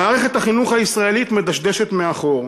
מערכת החינוך הישראלית מדשדשת מאחור.